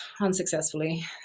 unsuccessfully